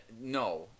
no